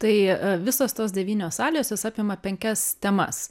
tai visos tos devynios salės jos apima penkias temas